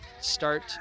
start